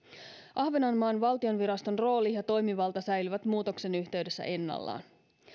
ahvenanmaan valtionviraston rooli ja toimivalta säilyvät muutoksen yhteydessä ennallaan